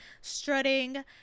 strutting